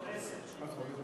עוד שש שניות.